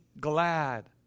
glad